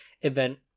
event